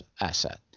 asset